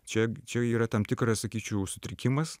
čia čia jau yra tam tikras sakyčiau sutrikimas